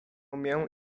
mię